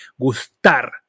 gustar